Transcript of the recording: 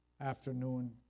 afternoon